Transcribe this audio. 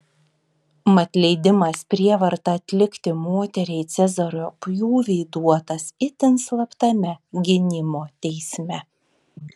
mat leidimas prievarta atlikti moteriai cezario pjūvį duotas itin slaptame gynimo teisme